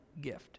gift